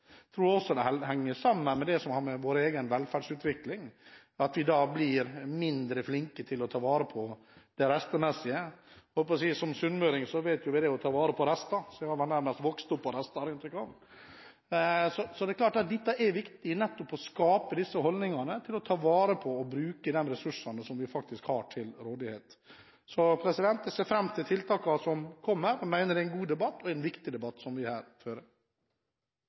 tror også det henger sammen med det som har med vår egen velferdsutvikling å gjøre, at vi blir mindre flinke til å ta vare på rester. Som sunnmøring vet jeg om det å ta vare på rester – jeg har nærmest vokst opp på rester, har jeg inntrykk av. Det er klart at det er viktig nettopp å skape disse holdningene og ta vare på og bruke de ressursene som vi faktisk har til rådighet. Jeg ser fram til tiltakene som kommer. Jeg mener det er en god og en viktig debatt som vi her fører.